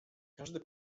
każde